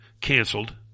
canceled